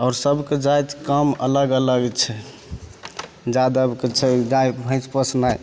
आओर सबके जाति काम अलग अलग छै यादवके छै गाय भैंस पोसनाइ